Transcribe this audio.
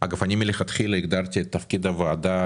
גם בעקבות המלצות ועדת פריש,